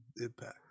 Impact